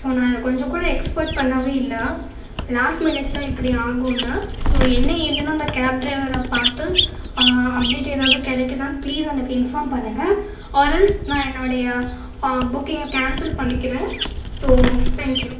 so நான் கொஞ்சம் கூட எஸ்க்பக்ட் பண்ணவே இல்லை லாஸ்ட் மினிட்டில் இப்படி ஆகும்னு ஸோ என்ன ஏதுன்னு அந்த கேப் டிரைவரை பார்த்து அப்டேட் ஏதாவது கிடைக்குதான் ப்ளீஸ் எனக்கு இன்ஃபார்ம் பண்ணுங்க ஆர் எல்ஸ் நான் என்னோடைய புக்கிங் கேன்சல் பண்ணிக்கிறேன் ஸோ தேங்க்யூ